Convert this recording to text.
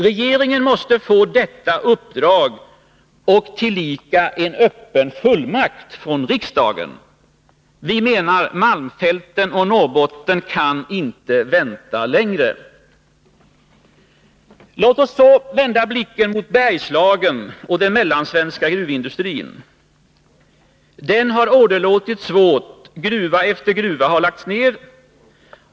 Regeringen måste få detta uppdrag och tillika en öppen fullmakt från riksdagen. Malmfälten och Norrbotten kan inte vänta längre. Låt oss så vända blicken mot Bergslagen och den mellansvenska gruvindustrin. Den har åderlåtits svårt — gruva efter gruva har lagts ned.